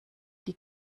die